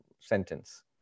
sentence